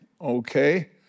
okay